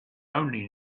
only